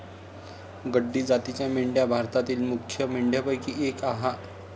गड्डी जातीच्या मेंढ्या भारतातील मुख्य मेंढ्यांपैकी एक आह